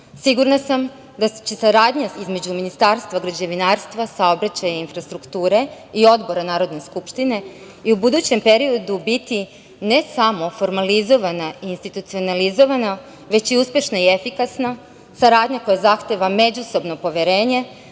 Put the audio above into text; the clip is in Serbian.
sigurna sam da će saradnja između Ministarstva građevinarstva, saobraćaja i infrastrukture i Odbora Narodne skupštine i u budućem periodu biti ne samo formalizovana i institucionalizovana, već i uspešna i efikasna saradnja koja zahteva međusobno poverenje,